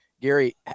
Gary